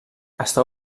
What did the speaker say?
està